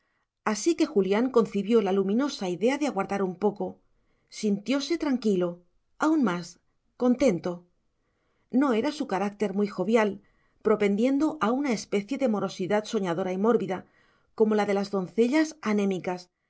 así que julián concibió la luminosa idea de aguardar un poco sintióse tranquilo aun más contento no era su carácter muy jovial propendiendo a una especie de morosidad soñadora y mórbida como la de las doncellas anémicas